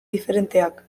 diferenteak